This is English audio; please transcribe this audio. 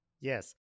Yes